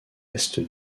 est